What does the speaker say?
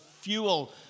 fuel